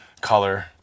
color